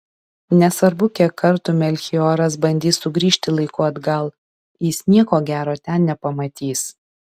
nesvarbu kiek kartų melchioras bandys sugrįžti laiku atgal jis nieko gero ten nepamatys